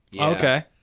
Okay